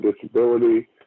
disability